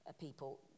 people